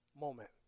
moment